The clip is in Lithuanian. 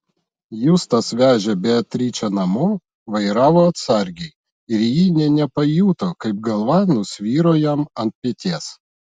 justas vežė beatričę namo vairavo atsargiai ir ji nė nepajuto kaip galva nusviro jam ant peties